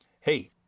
Hey